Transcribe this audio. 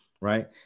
right